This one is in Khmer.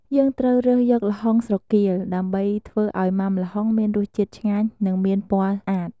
យើងត្រូវរើសយកល្ហុងស្រគាល ដើម្បីធ្វើឱ្យធ្វើមុាំល្ហុងមានរសជាតិឆ្ងាញ់ និងមានពណ៌ស្អាត ។